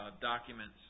documents